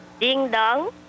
Ding-dong